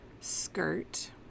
skirt